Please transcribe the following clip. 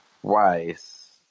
twice